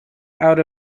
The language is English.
out